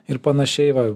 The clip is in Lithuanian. ir panašiai va